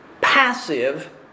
passive